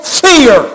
fear